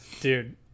dude